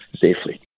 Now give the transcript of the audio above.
safely